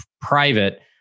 private